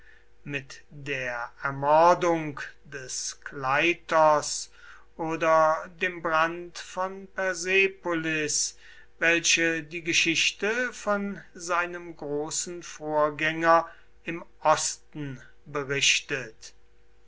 mit der ermordung des kleitos oder dem brand von persepolis welche die geschichte von seinem großen vorgänger im osten berichtet